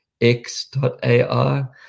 X.AR